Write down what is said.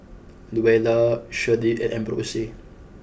Luella Shirlie and Ambrose